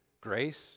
Grace